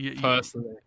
personally